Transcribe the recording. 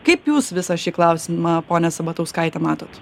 kaip jūs visą šį klausimą ponia sabatauskaite matot